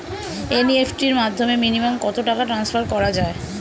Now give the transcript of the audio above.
NEFT র মাধ্যমে minimum কত টাকা টান্সফার করা যায়?